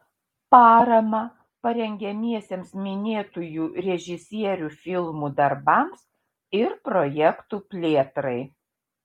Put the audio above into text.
paramą parengiamiesiems minėtųjų režisierių filmų darbams ir projektų plėtrai